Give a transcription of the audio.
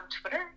Twitter